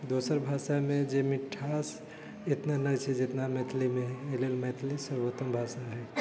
दोसर भाषामे जे मिठास इतना नहि छै जितना मैथिलीमे है एहि लेल मैथिली सर्वोतम भाषा है